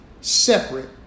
separate